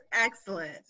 excellent